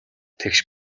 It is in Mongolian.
тэгш